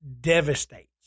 devastates